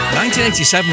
1987